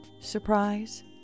surprise